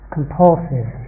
compulsive